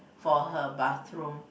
for her bathroom